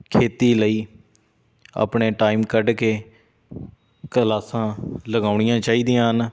ਖੇਤੀ ਲਈ ਆਪਣੇ ਟਾਈਮ ਕੱਢ ਕੇ ਕਲਾਸਾਂ ਲਗਾਉਣੀਆਂ ਚਾਹੀਦੀਆਂ ਹਨ